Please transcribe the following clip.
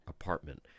apartment